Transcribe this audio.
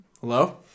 Hello